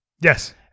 Yes